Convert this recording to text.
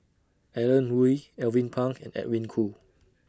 Alan Oei Alvin Pang and Edwin Koo